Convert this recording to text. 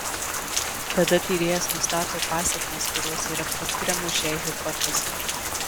tada tyrėjas nustato pasekmes kurios yra priskiriamos šiai hipotezei